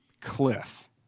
cliff